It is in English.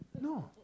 No